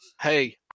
hey